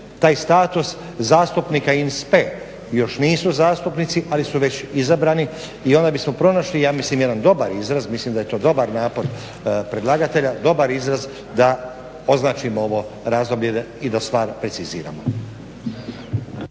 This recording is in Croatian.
taj status zastupnika in spe. Još nisu zastupnici ali su već izabrani i onda bismo pronašli ja mislim jedan dobar izraz, mislim da je to dobar napor predlagatelja, dobar izraz da označimo ovo razdoblje i da stvar preciziramo.